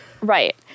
Right